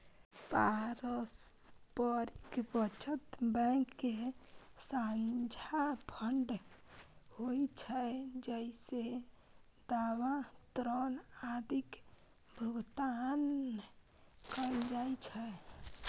पारस्परिक बचत बैंक के साझा फंड होइ छै, जइसे दावा, ऋण आदिक भुगतान कैल जाइ छै